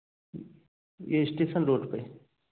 यह station road पर है